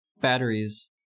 batteries